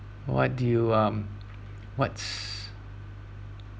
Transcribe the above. what do you um what's